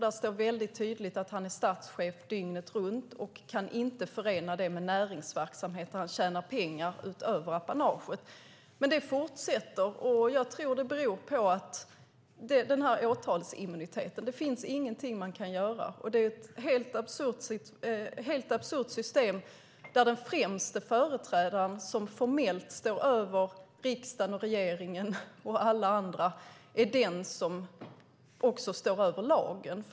Där står det tydligt att han är statschef dygnet runt och att han inte kan förena det med näringsverksamhet där han tjänar pengar utöver apanaget. Men det fortsätter. Jag tror att det beror på åtalsimmuniteten. Det finns ingenting man kan göra. Det är ett helt absurt system där den främste företrädaren, som formellt står över riksdagen och regeringen och alla andra, är den som också står över lagen.